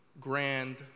grand